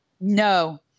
No